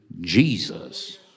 Jesus